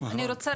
אני רוצה